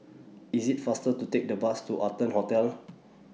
IS IT faster to Take The Bus to Arton Hotel